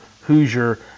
Hoosier